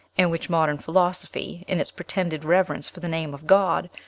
and which modern philosophy, in its pretended reverence for the name of god,